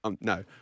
no